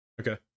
Okay